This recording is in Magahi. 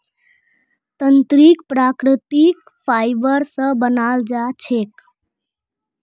तंत्रीक प्राकृतिक फाइबर स बनाल जा छेक